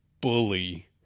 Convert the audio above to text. bully